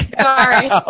Sorry